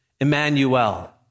Emmanuel